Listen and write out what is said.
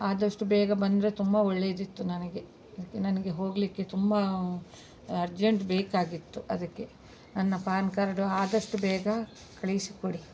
ಆದಷ್ಟು ಬೇಗ ಬಂದರೆ ತುಂಬ ಒಳ್ಳೆಯದಿತ್ತು ನನಗೆ ಅದದ್ಕೆ ನನಗೆ ಹೋಗಲಿಕ್ಕೆ ತುಂಬ ಅರ್ಜೆಂಟ್ ಬೇಕಾಗಿತ್ತು ಅದಕ್ಕೆ ನನ್ನ ಪಾನ್ ಕಾರ್ಡು ಆದಷ್ಟು ಬೇಗ ಕಳಿಸಿಕೊಡಿ